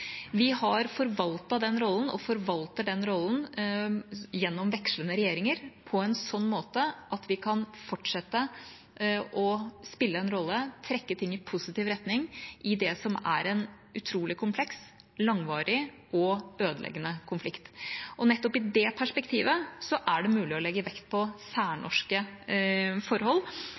Vi har forvaltet den rollen gjennom vekslende regjeringer på en slik måte at vi kan fortsette å spille en rolle og trekke ting i positiv retning i det som er en utrolig kompleks, langvarig og ødeleggende konflikt. I nettopp det perspektivet er det mulig å legge vekt på særnorske forhold